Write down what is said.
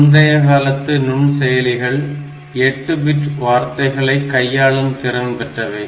முந்தைய காலத்து நுண்செயலிகள் 8 பிட் வார்த்தைகளை கையாளும் திறன் பெற்றவை